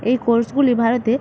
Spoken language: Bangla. এই কোর্সগুলি ভারতে